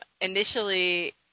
Initially